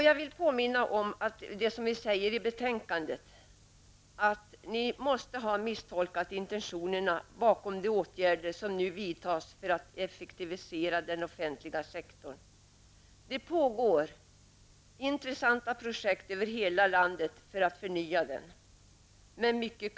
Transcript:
Jag vill påminna om det vi säger i betänkandet: Ni måste ha misstolkat intentionerna bakom de åtgärder som nu vidtas för att effektivisera den offentliga sektorn. Det pågår intressanta projekt över hela landet för att förnya den offentliga sektorn.